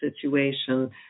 situation